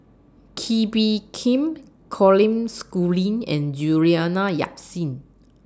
Kee Bee Khim Colin Schooling and Juliana Yasin